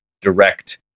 direct